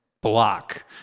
block